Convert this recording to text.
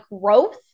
growth